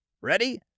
Ready